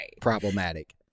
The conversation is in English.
problematic